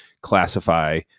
classify